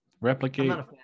replicate